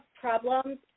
problems